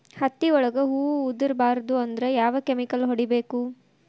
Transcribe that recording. ಹತ್ತಿ ಒಳಗ ಹೂವು ಉದುರ್ ಬಾರದು ಅಂದ್ರ ಯಾವ ಕೆಮಿಕಲ್ ಹೊಡಿಬೇಕು?